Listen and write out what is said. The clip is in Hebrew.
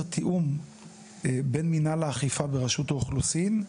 תיאום בין מנהל האכיפה ברשות האוכלוסין,